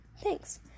Thanks